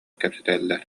кэпсэтэллэр